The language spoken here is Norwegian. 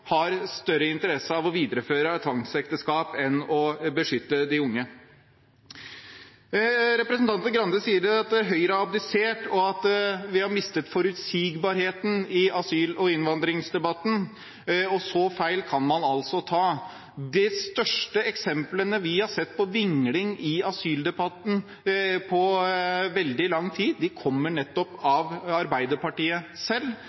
har større interesse av å videreføre tvangsekteskap enn å beskytte de unge. Representanten Grande sier at Høyre har abdisert, og at vi har mistet forutsigbarheten i asyl- og innvandringsdebatten. Så feil kan man altså ta. De største eksemplene vi har sett på vingling i asyldebatten på veldig lang tid, kommer fra nettopp Arbeiderpartiet selv, som ikke klarer å føre en konsekvent politikk fordi de